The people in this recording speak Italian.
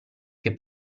che